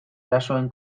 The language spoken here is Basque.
erasoen